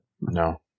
No